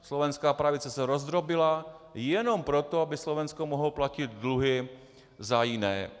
Slovenská pravice se rozdrobila jenom proto, aby Slovensko mohlo platit dluhy za jiné.